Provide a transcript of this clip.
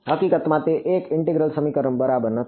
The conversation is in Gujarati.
હકીકતમાં તે એક ઈન્ટિગરલ સમીકરણ બરાબર નથી